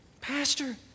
Pastor